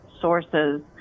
sources